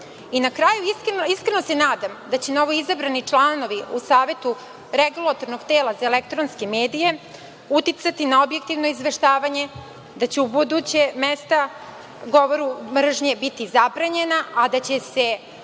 kraju iskreno se nadam da će novoizabrani članovi u Savetu REM za elektronske medije, uticati na objektivno izveštavanje, da će ubuduće mesta govoru mržnje biti zabranjena, a da će se